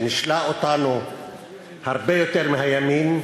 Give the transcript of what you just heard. שנישלה אותנו הרבה יותר מהימין,